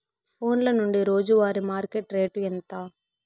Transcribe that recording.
ఫోన్ల నుండి రోజు వారి మార్కెట్ రేటు ఎంత?